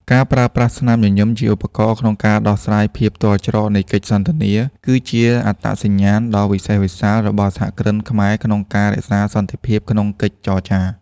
ការប្រើប្រាស់ "ស្នាមញញឹម" ជាឧបករណ៍ក្នុងការដោះស្រាយភាពទាល់ច្រកនៃកិច្ចសន្ទនា គឺជាអត្តសញ្ញាណដ៏វិសេសវិសាលរបស់សហគ្រិនខ្មែរក្នុងការរក្សាសន្តិភាពក្នុងកិច្ចចរចា។